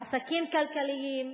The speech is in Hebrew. עסקים כלכליים,